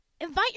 Invite